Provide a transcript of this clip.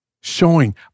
showing